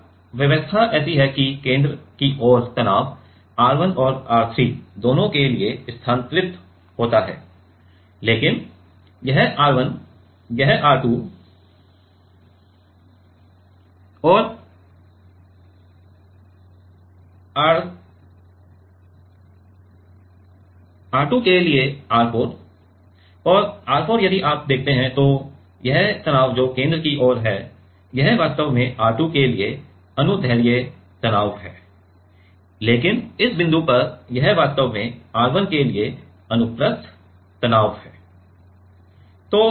अब व्यवस्था ऐसी है कि केंद्र की ओर तनाव R 1 और R 3 दोनों के लिए स्थानांतरित होता है लेकिन यह R 1 यह R 2 और R2 के लिए R 4 और R 4 यदि आप देखते हैं तो यह तनाव जो केंद्र की ओर है यह वास्तव में R2 के लिए अनुदैर्ध्य तनाव है लेकिन इस बिंदु पर यह वास्तव में R 1 के लिए अनुप्रस्थ तनाव है